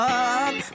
up